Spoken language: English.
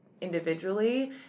individually